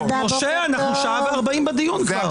משה, אנחנו כבר שעה ו-40 דקות בדיון.